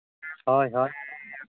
ᱦᱳᱭ ᱦᱳᱭ